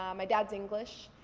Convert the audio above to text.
um my dad's english.